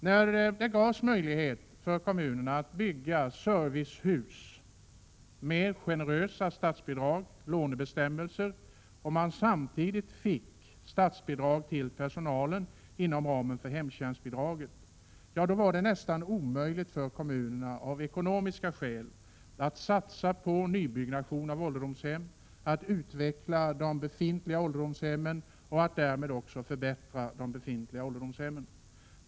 När kommunerna gavs möjlighet att bygga servicehus med hjälp av generösa statsbidrag och lånebestämmelser och samtidigt fick statsbidrag till personalen inom ramen för hemtjänstbidraget, var det av ekonomiska skäl nästan omöjligt för kommunerna att satsa på nybyggnad av ålderdomshem och att utveckla och förbättra de befintliga ålderdomshemmen.